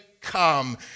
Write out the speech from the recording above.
come